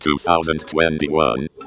2021